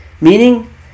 Meaning